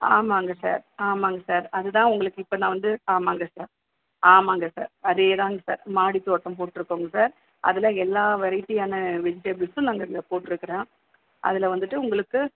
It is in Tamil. ஆமாங்க சார் ஆமாங்க சார் அதுதான் உங்களுக்கு இப்போ நான் வந்து ஆமாங்க சார் ஆமாங்க சார் அதேதான்ங்க சார் மாடித்தோட்டம் போட்டிருக்கோங்க சார் அதில் எல்லா வெரைட்டியான வெஜிடபிள்ஸும் நாங்கள் இங்கே போட்ருக்கிறோம் அதில் வந்துட்டு உங்களுக்கு